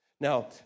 Now